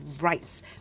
rights